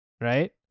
right